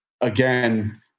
again